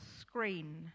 screen